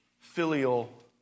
filial